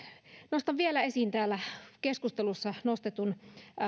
nostan vielä esiin täällä keskustelussa nostetun